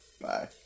Bye